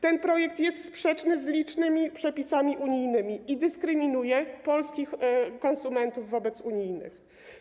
Ten projekt jest sprzeczny z licznymi przepisami unijnymi i dyskryminuje polskich konsumentów wobec unijnych.